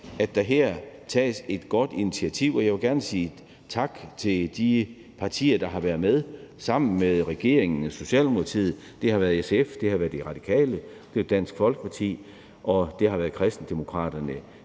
at der tages et godt initiativ. Og jeg vil gerne sige tak til de partier, der har været med sammen med regeringen og Socialdemokratiet – og det er SF, De Radikale, Dansk Folkeparti og Kristendemokraterne